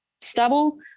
stubble